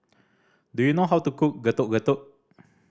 do you know how to cook Getuk Getuk